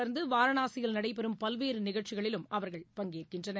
தொடர்ந்து வாரணாசியில் நடைபெறும் பல்வேறு நிகழ்ச்சிகளிலும் அவர்கள் இதனை பங்கேற்கின்றனர்